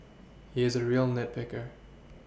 he is a real nit picker